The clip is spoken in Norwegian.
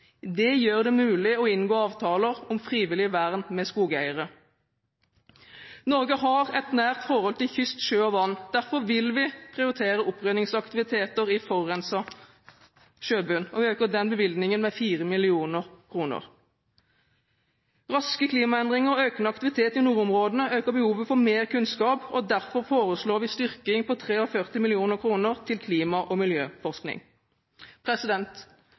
Det gjør det mulig å inngå avtaler om frivillig vern med skogeiere. Norge har et nært forhold til kyst, sjø og vann, derfor vil vi prioritere oppryddingsaktiviteter i forurenset sjøbunn og øker den bevilgningen med 4 mill. kr. Raske klimaendringer og økende aktivitet i nordområdene øker behovet for mer kunnskap, og derfor foreslår vi styrking på 43 mill. kr til klima- og miljøforskning.